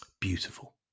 Beautiful